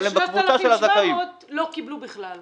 ו-3,700 לא קיבלו בכלל.